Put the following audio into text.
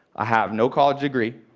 i have no college degree.